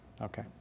Okay